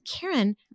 Karen